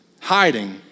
hiding